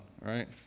right